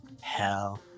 Hell